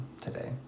today